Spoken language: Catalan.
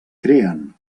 creen